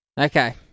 Okay